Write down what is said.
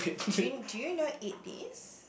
do do you know eight days